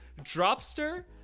Dropster